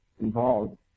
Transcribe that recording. involved